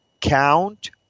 count